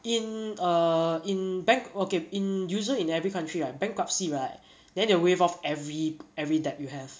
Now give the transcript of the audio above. in err in bank~ okay in usual in every country right bankruptcy right then they will wave off every every debt you have